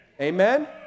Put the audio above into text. amen